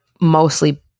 mostly